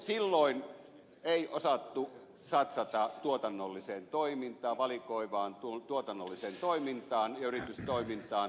silloin ei osattu satsata valikoivaan tuotannolliseen toimintaan ja yritystoimintaan